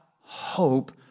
hope